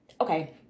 okay